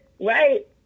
right